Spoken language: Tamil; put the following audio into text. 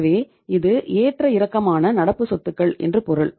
எனவே இது ஏற்ற இறக்கமான நடப்பு சொத்துக்கள் என்று பொருள்